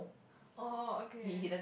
oh okay